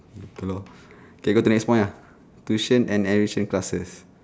hello okay go to next point ah tuition and enrichment classes